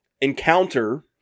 encounter